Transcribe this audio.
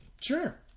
Sure